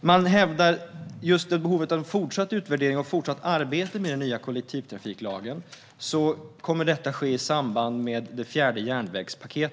När det gäller behovet av fortsatt utvärdering av och arbete med den nya kollektivtrafiklagen hävdar man att detta kommer att ske i samband med det fjärde järnvägspaketet.